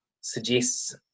suggests